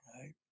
right